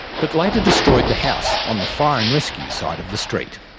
but later destroyed the house on the fire and rescue side of the street.